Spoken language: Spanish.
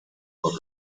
por